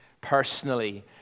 personally